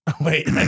Wait